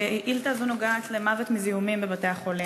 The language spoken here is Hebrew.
השאילתה הזאת נוגעת למוות מזיהומים בבתי-החולים.